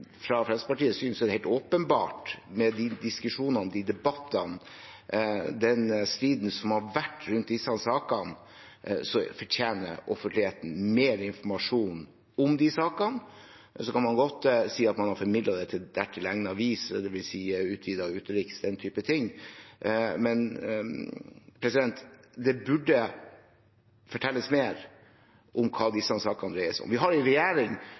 det er helt åpenbart at med de diskusjonene, debattene og den striden som har vært rundt disse sakene, fortjener offentligheten mer informasjon om sakene. Man kan godt si at man har formidlet det på dertil egnet vis, dvs. til den utvidete utenriks- og forsvarskomité, osv., men det burde fortelles mer om hva disse sakene dreier seg om. Vi har en regjering